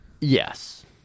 Yes